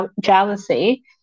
jealousy